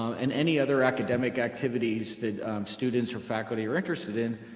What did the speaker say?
and any other academic activities that students or faculty are interested in.